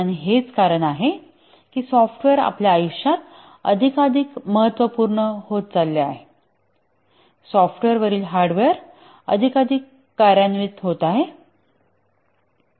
आणि हेच कारण आहे की सॉफ्टवेअर आपल्या आयुष्यात अधिकाधिक महत्त्वपूर्ण होत चालले आहे सॉफ्टवेअर वरील हार्डवेअरवर अधिकाधिक कार्ये कार्यान्वित होत आहेत